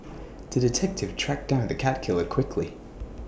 to the detective tracked down the cat killer quickly